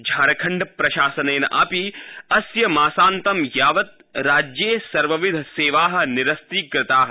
झारखण्ड प्रशासनेनापि अस्य मासातं यावत् राज्ये सर्वविधसेवाः निरस्तीकृताः